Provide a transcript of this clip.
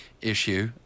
issue